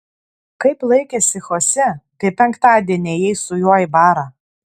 kaip laikėsi chosė kai penktadienį ėjai su juo į barą